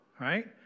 Right